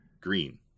green